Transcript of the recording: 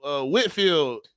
Whitfield